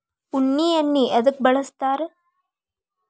ಉಣ್ಣಿ ಎಣ್ಣಿ ಎದ್ಕ ಬಳಸ್ತಾರ್?